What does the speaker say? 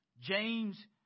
James